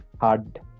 hard